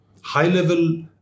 high-level